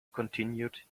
continued